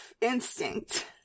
Instinct